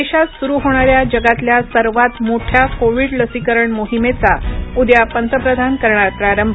देशात सुरू होणाऱ्या जगातल्या सर्वात मोठ्या कोविड लसीकरण मोहिमेचा उद्या पंतप्रधान करणार प्रारंभ